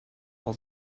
all